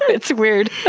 it's weird!